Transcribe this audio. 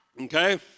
Okay